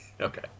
Okay